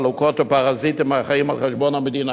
עלוקות או פרזיטים החיים על חשבון המדינה.